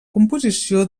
composició